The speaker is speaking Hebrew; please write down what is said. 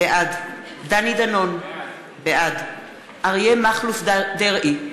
בעד דני דנון, בעד אריה מכלוף דרעי,